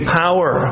power